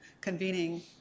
convening